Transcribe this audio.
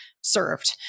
served